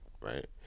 right